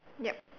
yup